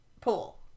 pool